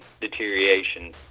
deterioration